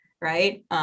right